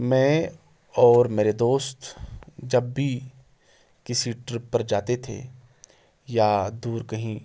میں اور میرے دوست جب بھی کسی ٹرپ پر جاتے تھے یا دور کہیں